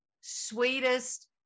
sweetest